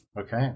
Okay